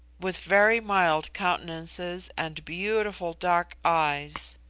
with very mild countenances and beautiful dark eyes.